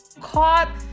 caught